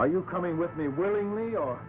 are you coming with me willingly or